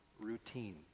routine